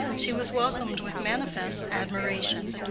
she was welcomed with manifest admiration,